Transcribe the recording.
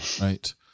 right